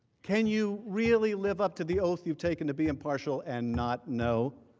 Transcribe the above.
can you really live up to the oath you have taken to be impartial and not know?